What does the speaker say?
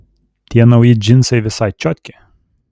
tie nauji džinsai visai čiotki